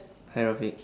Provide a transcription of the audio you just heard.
hi rafik